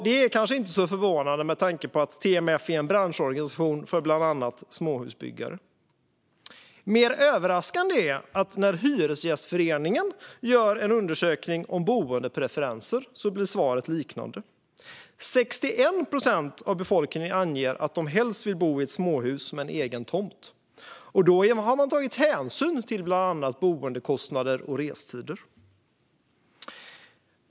Det är kanske inte så förvånande med tanke på att TMF är en branschorganisation för bland annat småhusbyggare. Mer överraskande är att när Hyresgästföreningen gör en undersökning om boendepreferenser blir svaret liknande: 61 procent av befolkningen anger att de helst vill bo i ett småhus med egen tomt. Då har man också tagit hänsyn till bland annat boendekostnader och restider.